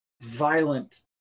violent